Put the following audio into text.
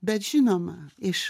bet žinoma iš